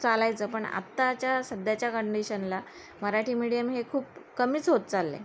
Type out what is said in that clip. चालायचं पण आत्ताच्या सध्याच्या कंडिशनला मराठी मिडियम हे खूप कमीच होत चाललं आहे